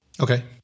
Okay